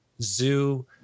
zoo